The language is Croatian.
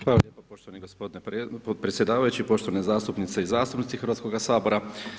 Hvala lijepo poštovani gospodine pod predsjedavajući, poštovane zastupnice i zastupnici Hrvatskoga sabora.